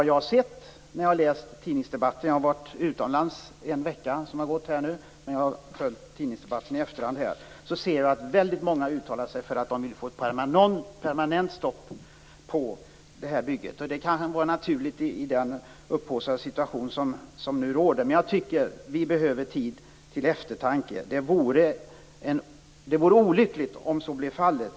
Jag har varit utomlands under den vecka som har gått, men jag har följt tidningsdebatten i efterhand. Jag har sett att flera har uttalat sig för ett permanent stopp av bygget. Det kanske är naturligt i den upphaussade situation som nu råder, men jag tycker att vi nu behöver tid till eftertanke. Det vore olyckligt om så blev fallet.